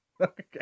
Okay